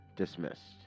dismissed